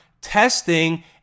Testing